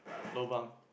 lobang